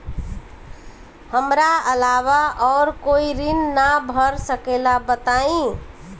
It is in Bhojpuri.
हमरा अलावा और कोई ऋण ना भर सकेला बताई?